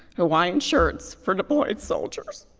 hawaiian shirts for deployed soldiers.